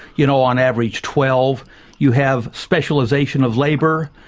you know on average twelve you have specialization of labour.